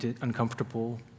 uncomfortable